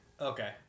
Okay